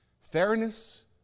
Fairness